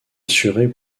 assurés